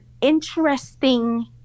interesting